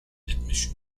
admission